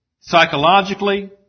psychologically